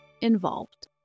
involved